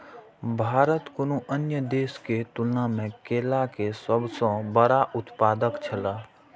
भारत कुनू अन्य देश के तुलना में केला के सब सॉ बड़ा उत्पादक छला